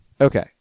okay